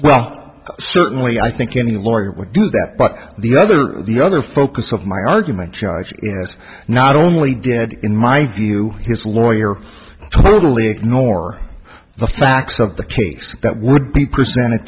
well certainly i think any lawyer would do that but the other the other focus of my argument is not only did in my view his lawyer totally ignore the facts of the case that would be presented